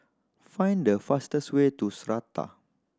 find the fastest way to Strata